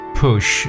push